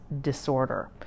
disorder